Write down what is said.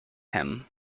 him